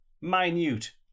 Minute